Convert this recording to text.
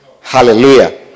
Hallelujah